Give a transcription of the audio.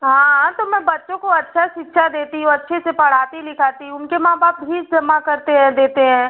हाँ तो मैं बच्चों को अच्छा शिक्षा देती हूँ अच्छे से पढ़ाती लिखाती उनके माँ बाप फीस जमा करते हैं देते हैं